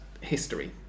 history